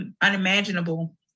unimaginable